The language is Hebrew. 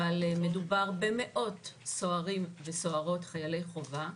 אבל מדובר במאות סוהרים וסוהרות חיילי חובה,